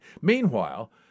Meanwhile